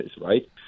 right